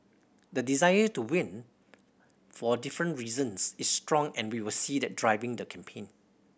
the desire to win for different reasons is strong and we will see that driving the campaign